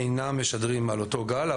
אינם משדרים על אותו גל,